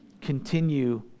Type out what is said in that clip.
Continue